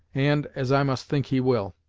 and as i must think he will.